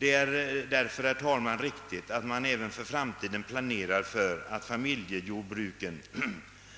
Det är därför, herr talman, riktigt, att "man även för framtiden planerar för att familjejordbruken